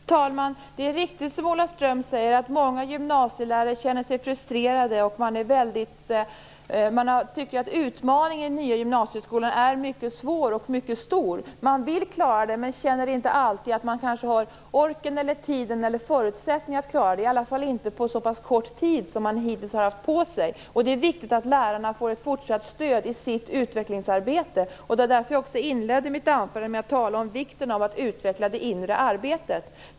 Fru talman! Det är riktig, som Ola Ström säger, att många gymnasielärare känner sig frustrerade. De tycker att den nya gymnasieskolans utmaningar är mycket svåra och stora. Man vill klara dem, men känner kanske inte alltid att man har orken, tiden eller förutsättningarna - i alla fall inte på så pass kort tid som man hittills har haft på sig. Det är viktigt att lärarna får fortsatt stöd i sitt utvecklingsarbete. Det var därför jag inledde mitt anförande med att tala om vikten av att utveckla det inre arbetet.